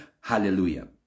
Hallelujah